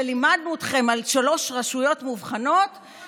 ולימדנו אתכם על שלוש רשויות מובחנות,